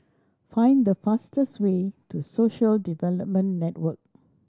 find the fastest way to Social Development Network